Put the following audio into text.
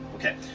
Okay